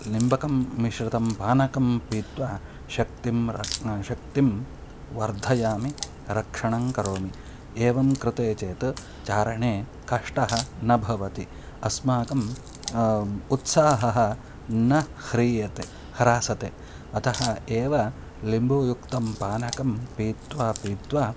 निम्बकं मिश्रतं पानकं पीत्वा शक्तिं शक्तिं वर्धयामि रक्षणं करोमि एवं कृते चेत् चारणे कष्टः न भवति अस्माकम् उत्साहः न ह्रीयते ह्रासते अतः एव निम्बयुक्तं पानकं पीत्वा पीत्वा